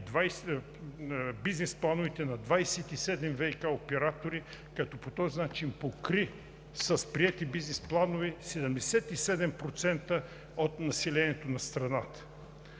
бизнес плановете на 27 ВиК оператори, като по този начин покри, с приети бизнес планове, 77% от населението на страната.